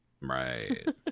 Right